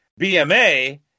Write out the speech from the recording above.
BMA